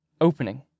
opening